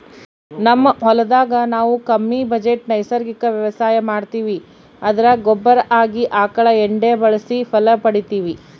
ನಮ್ ಹೊಲದಾಗ ನಾವು ಕಮ್ಮಿ ಬಜೆಟ್ ನೈಸರ್ಗಿಕ ವ್ಯವಸಾಯ ಮಾಡ್ತೀವಿ ಅದರಾಗ ಗೊಬ್ಬರ ಆಗಿ ಆಕಳ ಎಂಡೆ ಬಳಸಿ ಫಲ ಪಡಿತಿವಿ